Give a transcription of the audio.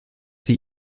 sie